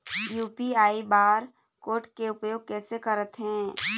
UPI bar code के उपयोग कैसे करथें?